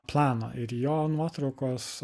plano ir jo nuotraukos